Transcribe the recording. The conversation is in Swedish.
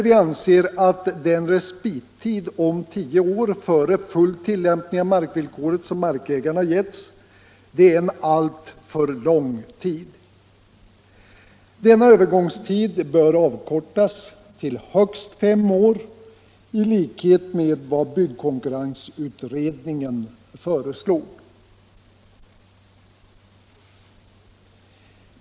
Vi anser att den respittid om tio år före full tillämpning av markvillkoret som markägarna getts är alltför lång. Denna övergångstid bör avkortas till högst fem år, såsom byggkonkurrensutredningen föreslog.